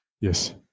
yes